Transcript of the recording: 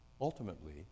ultimately